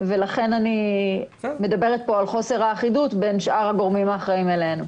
ולכן אני מדברת פה על חוסר האחידות בין שאר הגורמים האחראים ובינינו.